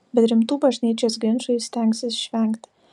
bet rimtų bažnyčios ginčų ji stengsis išvengti